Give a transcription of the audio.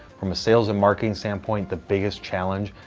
from a sales and marketing standpoint the biggest challenge,